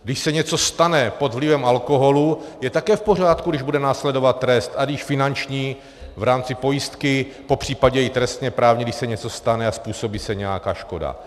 Když se něco stane pod vlivem alkoholu, je také v pořádku, když bude následovat trest, ať již finanční v rámci pojistky, popřípadě i trestněprávní, když se něco stane a způsobí se nějaká škoda.